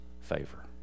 favor